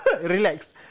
Relax